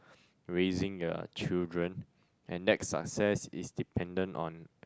raising uh children and that success is dependent on